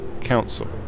Council